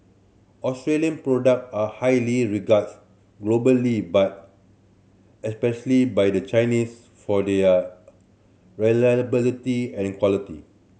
Australian product are highly regarded globally but especially by the Chinese for their reliability and quality